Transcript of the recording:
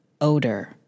odor